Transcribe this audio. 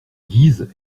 guise